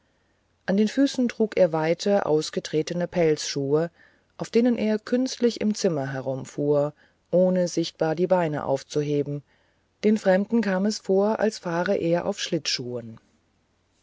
an den füßen trug er weite ausgetretene pelzschuhe auf denen er künstlich im zimmer herumfuhr ohne sichtbar die beine aufzuheben den fremden kam es vor als fahre er auf schlittschuhen